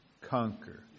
conquer